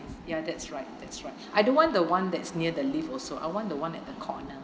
ya that's right that's right I don't want the one that's near the lift also I want the one at the corner